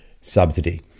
subsidy